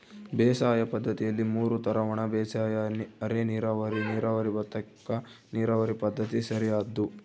ಬೇಸಾಯ ಪದ್ದತಿಯಲ್ಲಿ ಮೂರು ತರ ಒಣಬೇಸಾಯ ಅರೆನೀರಾವರಿ ನೀರಾವರಿ ಭತ್ತಕ್ಕ ನೀರಾವರಿ ಪದ್ಧತಿ ಸರಿಯಾದ್ದು